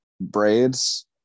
braids